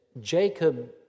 Jacob